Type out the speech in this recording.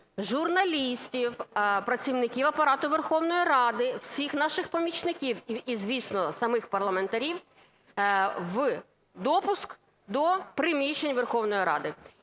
журналістів, працівників Апарату Верховної Ради, всіх наших помічників і, звісно, самих парламентарів допуск до приміщень Верховної Ради.